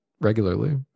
regularly